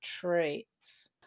traits